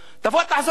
תבוא, תעזור להם.